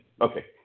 Okay